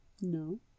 No